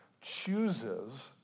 chooses